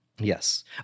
Yes